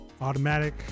Automatic